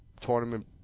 tournament